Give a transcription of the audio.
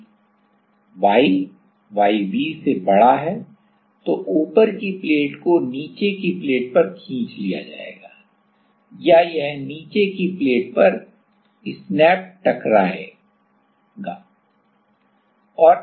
यदि y yb से बड़ा है तो ऊपर की प्लेट को नीचे की प्लेट पर खींच लिया जाएगा या यह नीचे की प्लेट पर स्नैप हो जाएगी